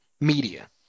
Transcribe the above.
media